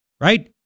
right